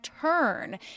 turn